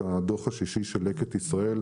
על ההזדמנות להציג את הדוח השישי של לקט ישראל.